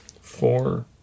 Four